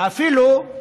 ואפילו,